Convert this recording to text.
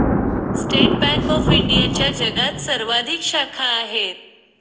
state bank of इंडियाच्या जगात सर्वाधिक शाखा आहेत